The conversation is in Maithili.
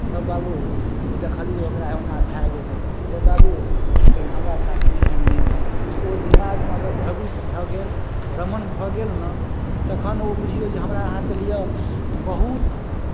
बाबू ओ देखलियै ओकरा ओना भए गेलै ए बाबू कहीँ हमरा साथमे एहन नहि भए जाय ओ दिमागमे अगर भ्रमित भऽ गेल भ्रमण भऽ गेल ने तखन ओ बुझिऔ जे हमरा अहाँके लिए बहुत